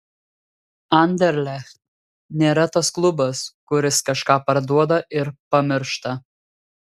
anderlecht nėra tas klubas kuris kažką parduoda ir pamiršta